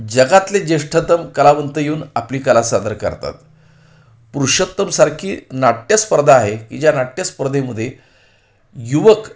जगातले ज्येष्ठतम कलावंत येऊन आपली कला सादर करतात पुरुषोत्तमसारखी नाट्यस्पर्धा आहे की ज्या नाट्यस्पर्धेमध्ये युवक